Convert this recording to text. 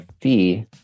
fee